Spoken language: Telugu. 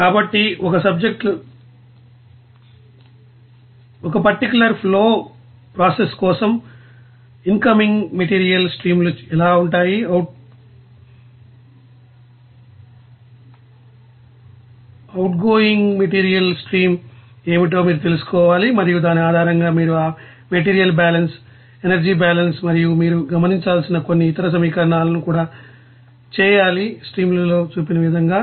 కాబట్టి ఒక పర్టికులర్ ఫ్లో ప్రాసెస్ కోసం ఇన్కమింగ్ మెటీరియల్ స్ట్రీమ్లు ఎలా ఉంటాయి అవుట్గోయింగ్ మెటీరియల్ స్ట్రీమ్ ఏమిటో మీరు తెలుసుకోవాలిమరియు దాని ఆధారంగా మీరు ఆ మెటీరియల్ బ్యాలెన్స్ ఎనర్జీ బ్యాలెన్స్ మరియు మీరు గమనించాల్సిన కొన్ని ఇతర సమీకరణాలను కూడా చేయాలి స్లయిడ్లో చూపిన విధంగా